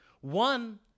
one